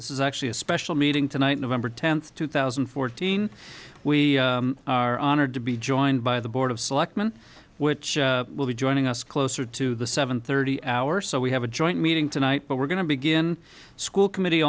this is actually a special meeting tonight november tenth two thousand and fourteen we are honored to be joined by the board of selectmen which will be joining us closer to the seven thirty hour so we have a joint meeting tonight but we're going to begin school committee